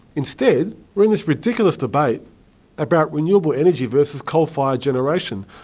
instead, we're in this ridiculous debate about renewable energy versus coal-fired generation,